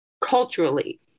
culturally